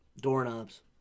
Doorknobs